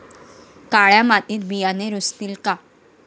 काळ्या मातीत बियाणे रुजतील का?